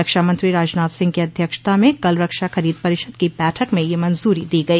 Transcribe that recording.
रक्षा मंत्री राजनाथ सिंह की अध्यक्षता में कल रक्षा खरीद परिषद की बैठक में यह मंजूरी दी गई